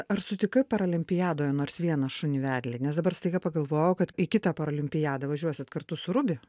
ar sutikai parolimpiadoje nors vieną šunį vedlį nes dabar staiga pagalvojau kad į kitą parolimpiadą važiuosit kartu su rubi